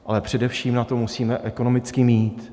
Ale především na to musíme ekonomicky mít.